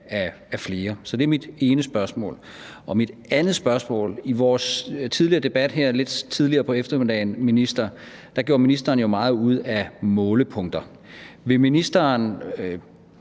af flere? Så det er mit ene spørgsmål. Så er der mit andet spørgsmål. I vores debat her lidt tidligere på eftermiddagen, minister, gjorde ministeren jo meget ud af målepunkter. Vil ministeren